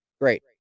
Great